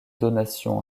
donations